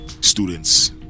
students